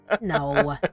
No